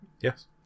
Yes